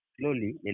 slowly